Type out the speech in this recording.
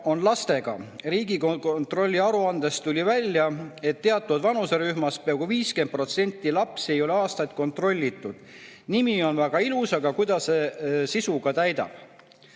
pärast. Riigikontrolli aruandest tuli välja, et teatud vanuserühmas peaaegu 50% lapsi ei ole aastaid kontrollitud. Nimi on väga ilus, aga kuidas seda sisuga täidetakse?